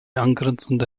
angrenzende